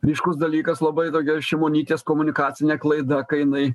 ryškus dalykas labai tokia šimonytės komunikacinė klaida kai jinai